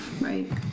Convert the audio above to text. right